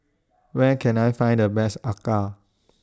Where Can I Find The Best Acar